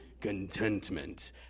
Contentment